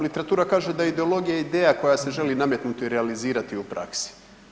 Literatura kaže da je ideologija ideja koja se želi nametnuti i realizirati u praksi.